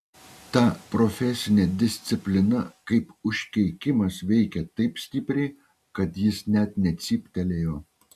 ta profesinė disciplina kaip užkeikimas veikė taip stipriai kad jis net necyptelėjo